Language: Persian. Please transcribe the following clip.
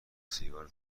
سیگارو